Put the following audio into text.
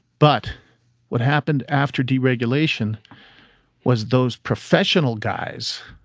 but what happened after deregulation was those professional guys,